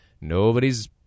nobody's